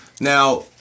Now